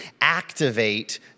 activate